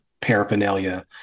paraphernalia